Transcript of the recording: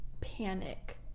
panic